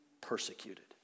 persecuted